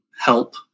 help